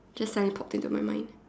just suddenly popped this on my mind